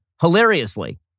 hilariously